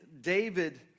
David